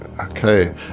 Okay